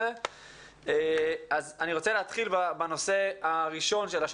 נתחיל בנושא הנרמול.